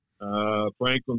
Franklin